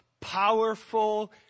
powerful